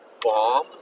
Bomb